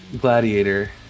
gladiator